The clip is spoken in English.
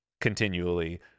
continually